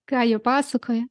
ką jie pasakoja